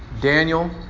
Daniel